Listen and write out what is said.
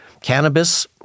Cannabis